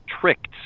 tricked